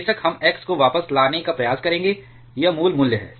बेशक हम x को वापस लाने का प्रयास करेंगे यह मूल मूल्य है